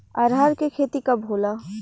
अरहर के खेती कब होला?